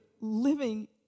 living